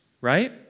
right